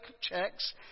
checks